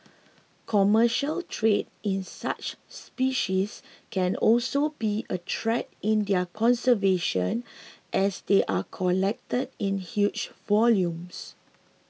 commercial trade in such species can also be a threat to their conservation as they are collected in huge volumes